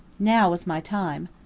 now was my time.